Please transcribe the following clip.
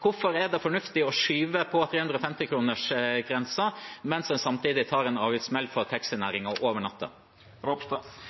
Hvorfor er det fornuftig å skyve på 350-kronersgrensen, mens en samtidig tar en avgiftssmell for